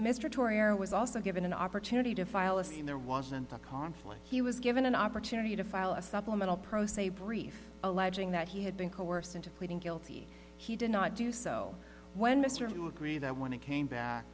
mr torrey or was also given an opportunity to file a scene there wasn't a conflict he was given an opportunity to file a supplemental pro se brief alleging that he had been coerced into pleading guilty he did not do so when mr do agree that when it came back